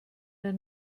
der